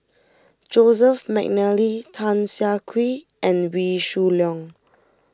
Joseph McNally Tan Siah Kwee and Wee Shoo Leong